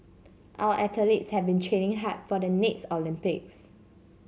our athletes have been training hard for the next Olympics